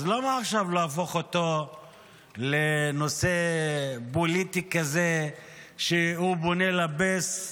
אז למה עכשיו להפוך אותו לנושא פוליטי כזה שהוא פונה לבייס?